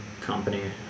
company